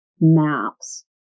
maps